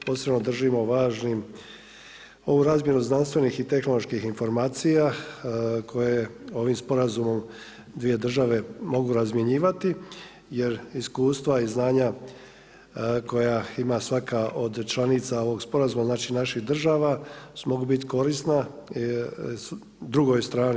Posebno držimo važnim ovu razmjenu znanstvenih i tehnoloških informacija koje ovim sporazumom dvije države mogu razmjenjivati jer iskustva i znanja koja ima svaka od članica ovog sporazuma naših država mogu biti korisna drugoj strani.